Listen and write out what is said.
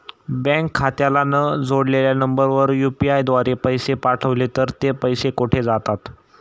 Bank खात्याला न जोडलेल्या नंबरवर यु.पी.आय द्वारे पैसे पाठवले तर ते पैसे कुठे जातात?